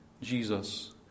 Jesus